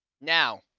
Now